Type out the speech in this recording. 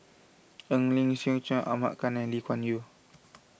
Eng Lee Seok Chee Ahmad Khan and Lee Kuan Yew